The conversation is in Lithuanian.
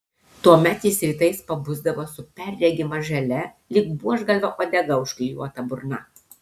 tuomet jis rytais pabusdavo su perregima želė lyg buožgalvio uodega užklijuota burna